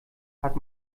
hat